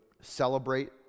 celebrate